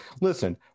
Listen